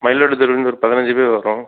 மயிலாடுதுறையிலேந்து ஒரு பதினைஞ்சு பேர் வரோம்